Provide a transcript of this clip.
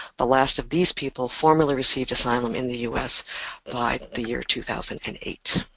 the last of these people formally received asylum in the us by the year two thousand and eight.